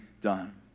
done